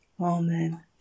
Amen